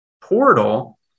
portal